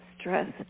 stress